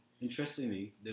Interestingly